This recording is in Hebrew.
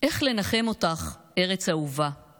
"איך לנחם אותך, ארץ אהובה, /